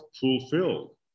fulfilled